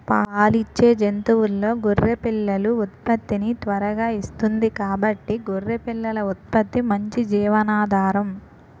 పాలిచ్చే జంతువుల్లో గొర్రె పిల్లలు ఉత్పత్తిని త్వరగా ఇస్తుంది కాబట్టి గొర్రె పిల్లల ఉత్పత్తి మంచి జీవనాధారం